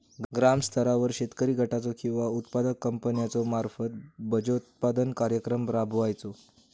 ग्रामस्तरावर शेतकरी गटाचो किंवा उत्पादक कंपन्याचो मार्फत बिजोत्पादन कार्यक्रम राबायचो?